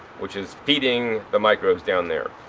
which is feeding the microbes down there.